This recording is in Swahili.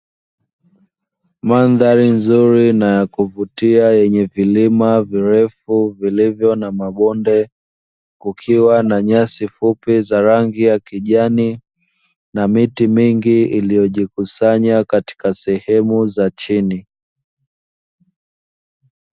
Mandhari nzuri na ya kuvutia, yenye vilima virefu vilivyo na mabonde, kukiwa na nyasi fupi za rangi ya kijani na miti mingi iliyojikusanya katika sehemu za chini.